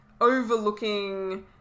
overlooking